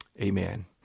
Amen